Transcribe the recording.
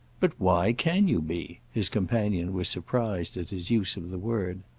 but why can you be? his companion was surprised at his use of the word.